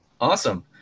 awesome